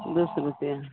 फूलो सिबैत छियै